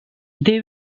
they